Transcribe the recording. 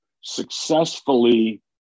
successfully